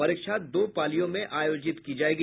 परीक्षा दो पालियों में आयोजित की जा रही है